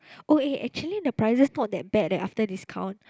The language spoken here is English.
oh eh actually the prices not that bad leh after discount